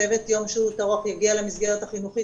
צוות יום שהות ארוך יגיע למסגרת החינוכית